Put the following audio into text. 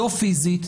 לא פיסית,